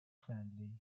friendly